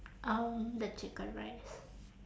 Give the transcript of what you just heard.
um the chicken rice